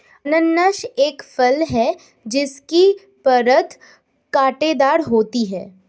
अनन्नास एक फल है जिसकी परत कांटेदार होती है